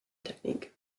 technique